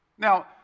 Now